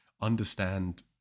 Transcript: understand